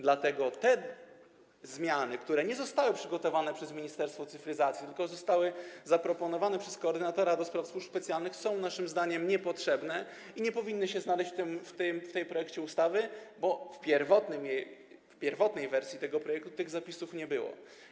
Dlatego te zmiany, które nie zostały przygotowane przez Ministerstwo Cyfryzacji, tylko zostały zaproponowane przez koordynatora do spraw służb specjalnych, są naszym zdaniem niepotrzebne i nie powinny się znaleźć w tym projekcie ustawy, bo w pierwotnej wersji tego projektu tych zapisów nie było.